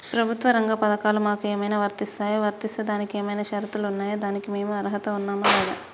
ప్రభుత్వ రంగ పథకాలు మాకు ఏమైనా వర్తిస్తాయా? వర్తిస్తే దానికి ఏమైనా షరతులు ఉన్నాయా? దానికి మేము అర్హత ఉన్నామా లేదా?